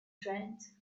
trains